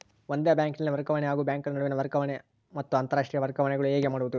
ಒಂದೇ ಬ್ಯಾಂಕಿನಲ್ಲಿ ವರ್ಗಾವಣೆ ಹಾಗೂ ಬ್ಯಾಂಕುಗಳ ನಡುವಿನ ವರ್ಗಾವಣೆ ಮತ್ತು ಅಂತರಾಷ್ಟೇಯ ವರ್ಗಾವಣೆಗಳು ಹೇಗೆ ಮಾಡುವುದು?